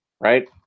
right